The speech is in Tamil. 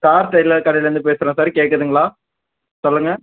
ஸ்டார் டெய்லர் கடையிலேருந்து பேசுகிறோம் சார் கேட்குதுங்களா சொல்லுங்கள்